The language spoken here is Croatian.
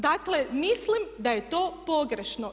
Dakle, mislim da je to pogrešno.